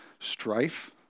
strife